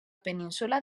península